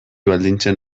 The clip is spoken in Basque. baldintzen